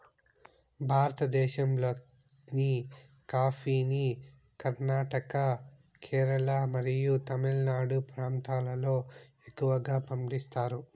భారతదేశంలోని కాఫీని కర్ణాటక, కేరళ మరియు తమిళనాడు ప్రాంతాలలో ఎక్కువగా పండిస్తారు